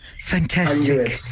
Fantastic